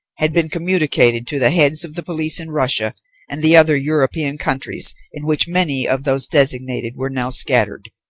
had been communicated to the heads of the police in russia and the other european countries in which many of those designated were now scattered,